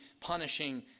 punishing